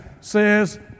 says